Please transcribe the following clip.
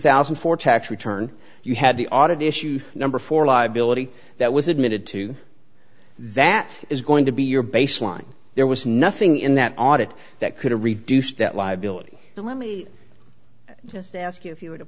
thousand and four tax return you had the audit issue number for liability that was admitted to that is going to be your baseline there was nothing in that audit that could have reduced that liability but let me just ask you if you were to